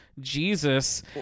jesus